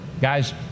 Guys